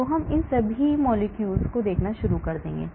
तो हम इन सभी लाखों अणुओं को देखना शुरू कर देंगे